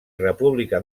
república